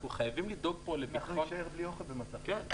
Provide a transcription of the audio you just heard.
אנחנו נישאר בלי אוכל במצב כזה.